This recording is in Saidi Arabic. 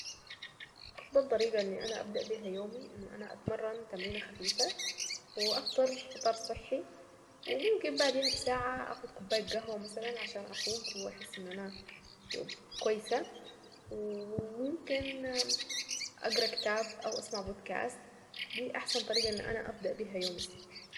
افضل طريقة انه انا ابدأ بها يومي اني انا اتمرن تمرينة خفيفة وافطر فطار صحي وممكن بعديها بساعة اخد كوباية قهوة مثلا عشان افوق واحس ان انا كويسة وممكن اقرا كتاب او اسمه بودكاست دي احسن طريقة اني انا ابدأ الصبح.